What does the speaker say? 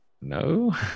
No